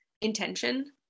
intention